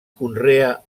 conrea